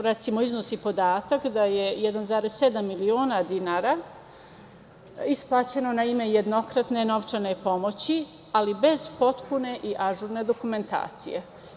Recimo, iznosi podatak da je 1,7 miliona dinara isplaćeno na ime jednokratne novčane pomoći, ali bez potpune i ažurne dokumentacije.